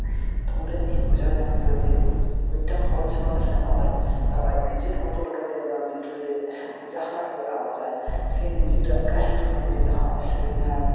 ᱛᱚ ᱩᱱ ᱨᱮ ᱤᱧᱤᱧ ᱵᱩᱡᱷᱟᱹᱣ ᱧᱟᱢ ᱠᱮᱫᱟ ᱡᱮ ᱢᱤᱫᱴᱟᱱ ᱦᱚᱲ ᱪᱷᱟᱲᱟ ᱚᱸᱰᱮ ᱥᱮᱱᱚᱜᱼᱟᱭ ᱟᱨ ᱟᱡ ᱱᱤᱡᱮᱨ ᱢᱚᱛᱚ ᱞᱮᱠᱟᱛᱮ ᱚᱱᱟ ᱵᱤᱨ ᱨᱮ ᱡᱟᱦᱟᱱᱟᱜ ᱜᱮ ᱟᱣᱟᱡᱟᱭ ᱥᱮ ᱱᱤᱡᱮᱨᱟᱜ ᱜᱟᱹᱦᱤᱨ ᱢᱚᱱᱮᱛᱮ ᱡᱟᱦᱟᱱᱟᱜᱼᱮ ᱥᱤᱨᱤᱧᱟᱭ